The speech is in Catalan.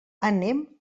anem